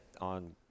on